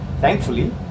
Thankfully